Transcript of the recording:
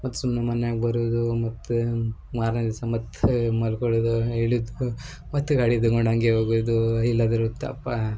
ಮತ್ತೆ ಸುಮ್ಮನೆ ಮನ್ಯಾಗ ಬರೋದು ಮತ್ತೆ ಮಾರನೇ ದಿವಸ ಮತ್ತೆ ಮಲ್ಕೊಳದು ಇಳಿದು ಮತ್ತೆ ಗಾಡಿ ತಕಂಡು ಹಂಗೆ ಹೋಗುವುದು ಎಲ್ಲಾದರೂ ತಪ್ಪಾ